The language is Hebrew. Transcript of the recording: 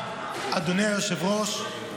אדוני היושב-ראש,